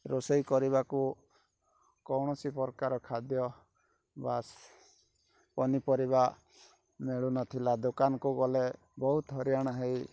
ରୋଷେଇ କରିବାକୁ କୌଣସି ପ୍ରକାର ଖାଦ୍ୟ ବାସ୍ ପନିପରିବା ମିଳୁନଥିଲା ଦୋକାନକୁ ଗଲେ ବହୁତ ହଇରାଣ ହୋଇ